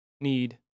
need